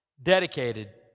Dedicated